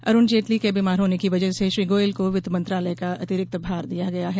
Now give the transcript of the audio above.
अरूण जेटली के बीमार होने की वजह से श्री गोयल को वित्त मंत्रालय का अतिरिक्त प्रभार दिया गया है